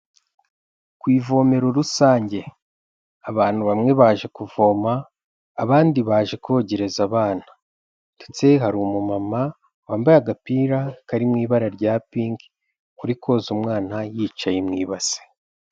Ku ivomero rusange abantu bamwe baje kuvoma abandi baje kogereza abana ndetse hari umumama wambaye agapira kari mu ibara rya pinki uri koza umwana yicaye mu ibase.